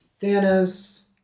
Thanos